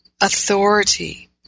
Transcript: authority